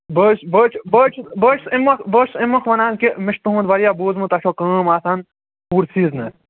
بہٕ حظ چھُ بہٕ حظ چھُ بہٕ حظ چھُ بہٕ حظ چھُس اَمہِ مۄکھ بہٕ حظ چھُس اَمہِ مۄکھ وَنان کہِ مےٚ چھِ تُہُنٛد واریاہ بوٗزمُت تۄہہِ چھو کٲم آسان پوٗرٕ سیٖزنَس